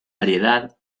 variedad